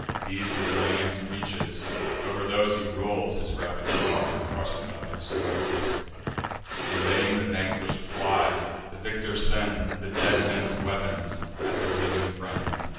these his lance reaches over those he rolls his rapid car, and crushes out their souls in vain the vanquish'd fly the victor sends the dead men's weapons at their living friends.